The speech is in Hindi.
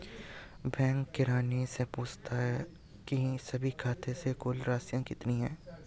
बैंक किरानी से पूछना की सभी खाते से कुल राशि कितनी है